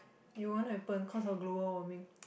it won't happen cause of global warming